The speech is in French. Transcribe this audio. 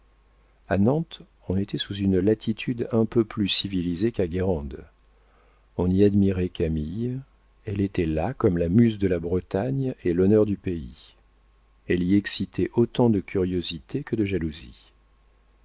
nantes on était sous une latitude un peu plus civilisée qu'à guérande on y admirait camille elle était là comme la muse de la bretagne et l'honneur du pays elle y excitait autant de curiosité que de jalousie